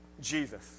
Jesus